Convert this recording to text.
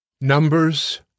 Numbers